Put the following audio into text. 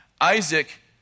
Isaac